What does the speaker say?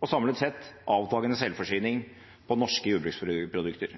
og samlet sett avtagende selvforsyning på norske jordbruksprodukter.